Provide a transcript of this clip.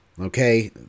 okay